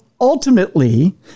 ultimately